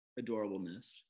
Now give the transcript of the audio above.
adorableness